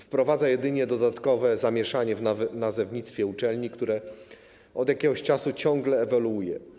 Wprowadza jedynie dodatkowe zamieszanie w nazewnictwie uczelni, które od jakiegoś czasu ciągle ewoluuje.